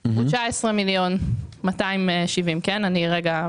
הוא 19,270,000 שקל.